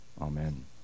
Amen